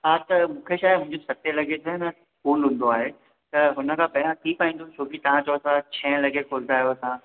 हा त मूंखे छा आहे मुंजी सते लॻे छा आहे न स्कूल हूंदो आहे त हुनखां पहिरियों थी पाईंदो छोकी तव्हां चओ था छह लॻे खोलींदा आहियो तव्हां